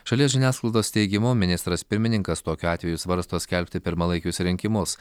šalies žiniasklaidos teigimu ministras pirmininkas tokiu atveju svarsto skelbti pirmalaikius rinkimus